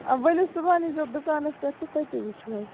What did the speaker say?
آ ؤلِو صُبَحن ییٖزیٚو دُکانَس پٮ۪ٹھ تہٕ تٔتی وُچھِو حظ